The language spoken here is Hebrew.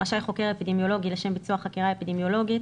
רשאי חוקר אפידמיולוגי לשם ביצוע חקירה אפידמיולוגית